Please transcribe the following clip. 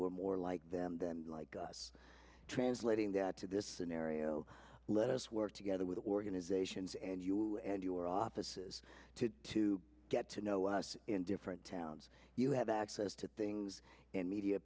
were more like them like us translating that to this scenario let us work together with organizations and you and your offices to get to know us in different towns you have access to things and media